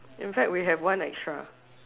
in fact we have one extra